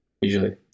usually